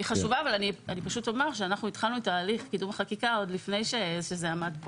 היא חשובה אבל אנחנו התחלנו את הליך קידום החקיקה עוד לפני שזה עמד כאן